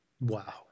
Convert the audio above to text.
Wow